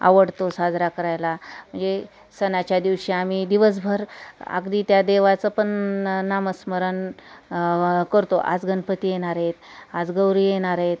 आवडतो साजरा करायला म्हणजे सणाच्या दिवशी आम्ही दिवसभर अगदी त्या देवाचं पण नामस्मरण करतो आज गणपती येणार आहेत आज गौरी येणार आहेत